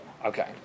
Okay